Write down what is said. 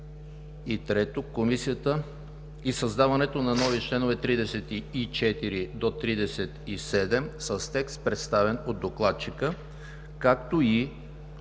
на Комисията, и създаването на нови членове от 34 до 37 с текст, представен от докладчика, както и